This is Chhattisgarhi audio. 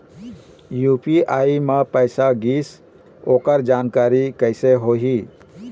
यू.पी.आई म पैसा गिस ओकर जानकारी कइसे होही?